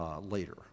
later